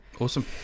Awesome